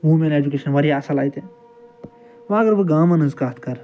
women education واریاہ اصٕل اَتہِ وۄنۍ اَگر بہٕ گامَن ہنٛز کَتھ کَرٕ